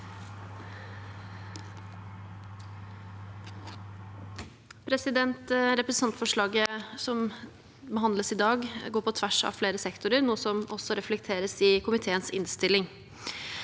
Representantfor- slaget som behandles i dag, går på tvers av flere sektorer, noe som også reflekteres i komiteens innstilling.